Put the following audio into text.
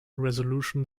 resolution